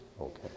Okay